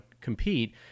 compete